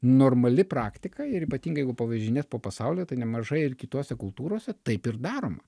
normali praktika ir ypatingai jeigu pavažinėt po pasaulį tai nemažai ir kitose kultūrose taip ir daroma